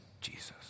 Jesus